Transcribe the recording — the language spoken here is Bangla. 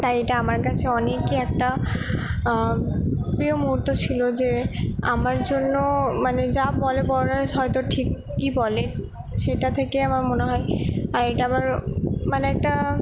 তাই এটা আমার কাছে অনেকই একটা প্রিয় মুহুর্ত ছিলো যে আমার জন্য মানে যা বলে বড়োরা হয়তো ঠিকই বলে সেটা থেকে আমার মনে হয় আর এটা আমার মানে একটা